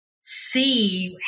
see